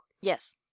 Yes